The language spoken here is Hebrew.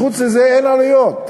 חוץ מזה אין עלויות.